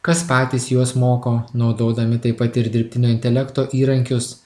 kas patys juos moko naudodami taip pat ir dirbtinio intelekto įrankius